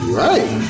right